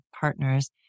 partners